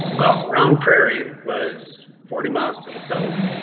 well round prairie was forty miles to the south.